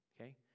okay